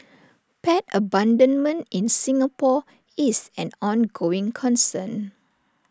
pet abandonment in Singapore is an ongoing concern